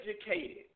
educated